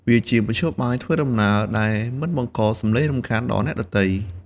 វាជាមធ្យោបាយធ្វើដំណើរដែលមិនបង្កសំឡេងរំខានដល់អ្នកដទៃ។